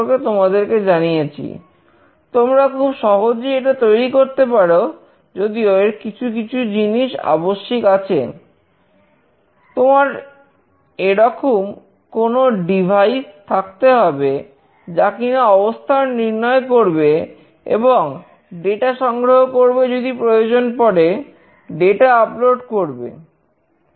তো object tracker সংগ্রহ করবে যদি প্রয়োজন পড়ে ডেটা আপলোড করবে